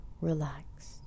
relaxed